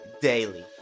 daily